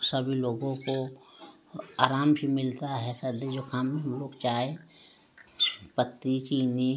सभी लोगों को आराम से मिलता है सर्दी जुकाम में हम लोग चाय पत्ती चीनी